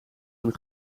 een